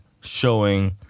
showing